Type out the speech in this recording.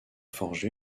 forger